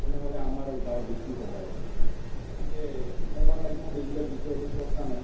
তেনেহ'লে আমাৰ গাঁৱত বেছি সহায়ক হ'লেহেঁতেন গতিকে সংবাদ মাধ্যমত এইবিলাক বিষয় লৈ চৰ্চা নাই